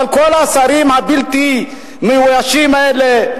אבל כל השרים הבלתי מאוישים האלה,